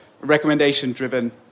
recommendation-driven